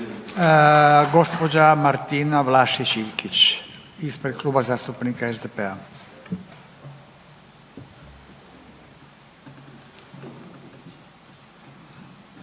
Gospođa Martina Vlašić Iljkić ispred Kluba zastupnika SDP-a.